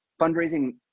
fundraising